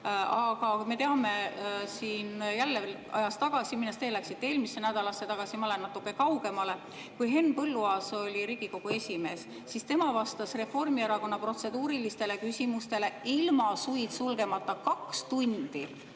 Aga me teame, et kui ajas tagasi minna – teie läksite eelmisesse nädalasse tagasi, ma lähen natuke kaugemale –, siis kui Henn Põlluaas oli Riigikogu esimees, siis tema vastas Reformierakonna protseduurilistele küsimustele ilma suid sulgemata kaks tundi.